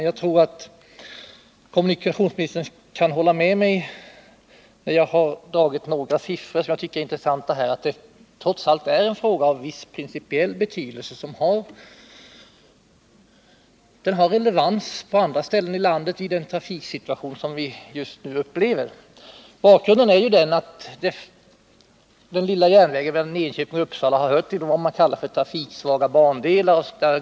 Jag tror dock att kommunikationsministern sedan jag har föredragit några som jag tycker intressanta siffror kommer att hålla med mig om att det trots allt gäller en fråga som har en viss principiell betydelse och som har relevans också på andra håll i landet i den trafiksituation som vi just nu har. Bakgrunden är den att den lilla järnvägssträckan mellan Enköping och Uppsala har tillhört de s.k. trafiksvaga bandelarna.